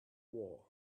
war